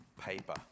paper